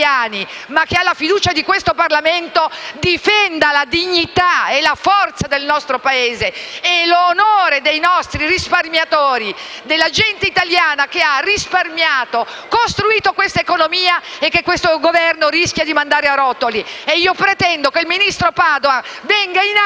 ma che ha la fiducia di questo Parlamento, difenda la dignità e la forza del nostro Paese e l'onore dei nostri risparmiatori, della gente italiana che ha risparmiato, costruito quest'economia e che questo Governo rischia di mandare a rotoli. Io pretendo che il ministro Padoan venga in Aula